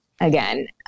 again